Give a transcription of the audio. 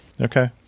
Okay